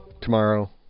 tomorrow